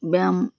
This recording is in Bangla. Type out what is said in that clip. ব্যায়াম